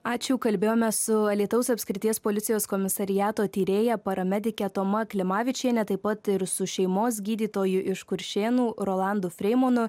ačiū kalbėjome su alytaus apskrities policijos komisariato tyrėja paramedike toma klimavičiene taip pat ir su šeimos gydytoju iš kuršėnų rolandu freimanu